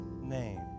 name